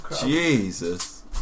Jesus